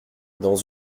dans